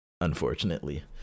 unfortunately